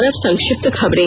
और अब संक्षिप्त खबरें